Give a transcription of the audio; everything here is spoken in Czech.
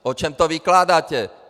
O čem to vykládáte?